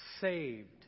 saved